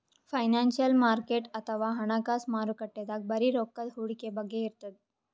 financial market ಅಥವಾ ಹಣಕಾಸ್ ಮಾರುಕಟ್ಟೆದಾಗ್ ಬರೀ ರೊಕ್ಕದ್ ಹೂಡಿಕೆ ಬಗ್ಗೆ ಇರ್ತದ್